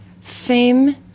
fame